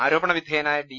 ആരോപണ വിധേയനായ ഡി